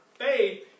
faith